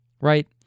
right